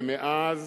ומאז